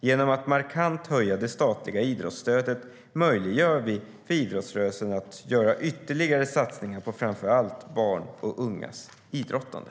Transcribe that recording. Genom att markant höja det statliga idrottsstödet möjliggör vi för idrottsrörelsen att göra ytterligare satsningar på framför allt barns och ungas idrottande.